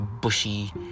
bushy